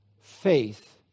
Faith